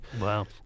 Wow